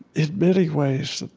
in many ways,